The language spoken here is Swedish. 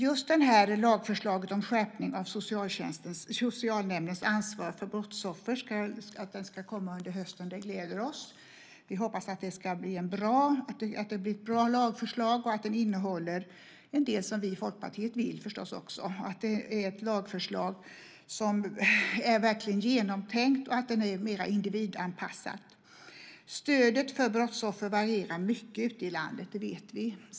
Att lagförslaget om skärpning av socialnämndens ansvar för brottsoffer ska komma under hösten gläder oss. Vi hoppas att det blir ett bra lagförslag och att det också innehåller en del som vi i Folkpartiet vill, att det blir ett verkligt genomtänkt lagförslag som är mer individanpassat. Stödet för brottsoffer varierar mycket ute i landet, det vet vi.